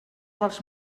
dels